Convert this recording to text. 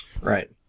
right